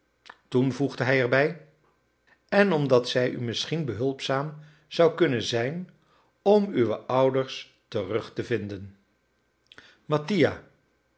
voegde hij erbij en omdat zij u misschien behulpzaam zou kunnen zijn om uwe ouders terug te vinden